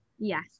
Yes